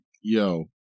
yo